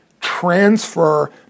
transfer